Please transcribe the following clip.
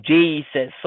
Jesus